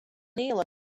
neal